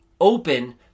open